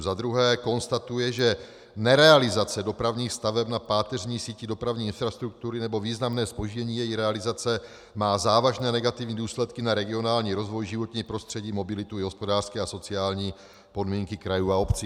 Za druhé konstatuje, že nerealizace dopravních staveb na páteřní síti dopravní infrastruktury nebo významné zpoždění její realizace má závažné negativní důsledky na regionální rozvoj, životní prostředí, mobilitu i hospodářské a sociální podmínky krajů a obcí.